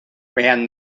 ran